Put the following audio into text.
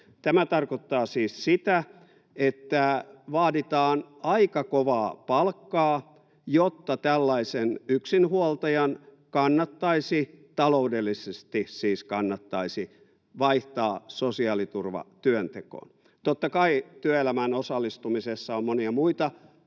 Tämä tarkoittaa siis sitä, että vaaditaan aika kovaa palkkaa, jotta yksinhuoltajan kannattaisi — siis taloudellisesti kannattaisi — vaihtaa sosiaaliturva työntekoon. Totta kai työelämään osallistumisessa on monia muita